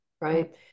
right